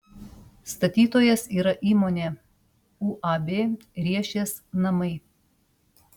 statytojas yra įmonė uab riešės namai